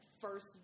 first